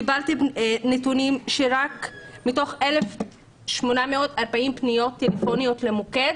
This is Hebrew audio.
קיבלתי נתונים לפיהם מתוך 1,840 פניות טלפוניות למוקד,